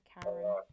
karen